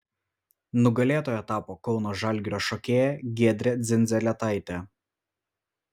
nugalėtoja tapo kauno žalgirio šokėja giedrė dzindzelėtaitė